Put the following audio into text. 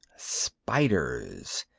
spiders.